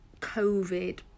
Covid